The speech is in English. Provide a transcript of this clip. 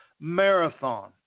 marathon